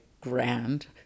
grand